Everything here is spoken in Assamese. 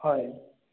হয়